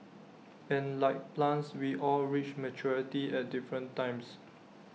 and like plants we all reach maturity at different times